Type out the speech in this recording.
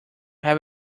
have